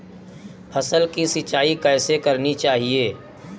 फसल की सिंचाई कैसे करनी चाहिए?